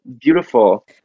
beautiful